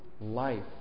life